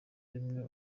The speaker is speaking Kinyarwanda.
rimwe